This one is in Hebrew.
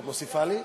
את מוסיפה לי?